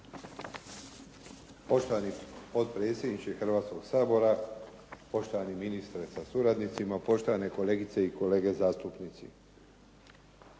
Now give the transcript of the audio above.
Poštovani potpredsjedniče Hrvatskog sabora, poštovani ministre sa suradnicima, poštovane kolegice i kolege zastupnici.